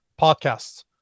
podcasts